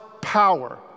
power